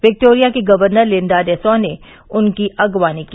Victoria की governor Linda Dessau ने उनकी अगवानी की